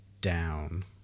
down